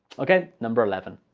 okay number eleven.